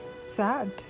sad